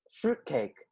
Fruitcake